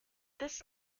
this